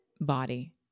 body